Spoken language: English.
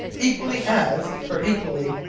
equally as for equally.